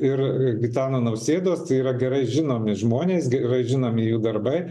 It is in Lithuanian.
ir gitano nausėdos tai yra gerai žinomi žmonės gerai žinomi jų darbai